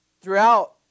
throughout